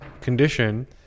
condition